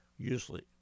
Usually